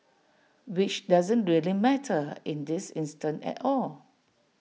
which doesn't really matter in this instance at all